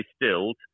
distilled